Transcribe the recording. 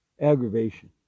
Aggravation